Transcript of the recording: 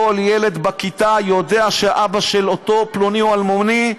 כל ילד בכיתה יודע שאבא של אותו פלוני או אלמוני,